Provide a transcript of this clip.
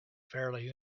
fairly